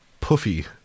puffy